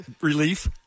relief